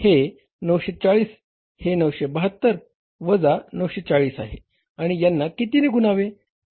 हे 940 हे 972 वजा 940 आहे आणि यांना किती गुणावे